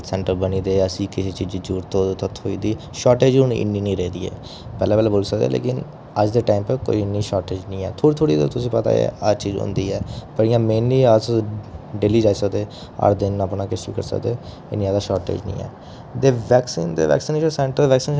बस शैह्र च निं तुस एह् ग्रांऽ च जाह्गे उत्थै बी हैल्थ सेंटर बनी गेदे ऐसी किसै चीजै दी जरूरत होऐ ते शार्टेज हून इन्नी नेईं रेही दी ऐ पैह्लेंं पैह्लें बोल्ली सकदे लेकिन अज्ज दे टाइम उप्पर कोई इन्नी शार्टेज निं है थोह्ड़ी थोह्ड़ी तुसें पता ऐ हर चीज होंदी ऐ पर इ'यां मेनली अस डेली जाई सकदे हर दिन अपना किश बी करी सकदे इन्नी ज़्यादा शार्टेज निं है